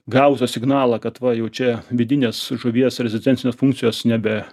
gavusios signalą kad va jau čia vidinės žuvies rezistencinės funkcijos nebe